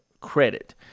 credit